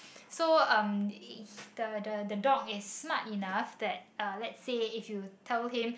so um it the the the dog is smart enough that uh let's say if you tell him